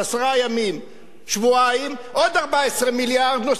שבועיים, עוד 14 מיליארד נוסף על ה-40 הקיימים.